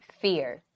fear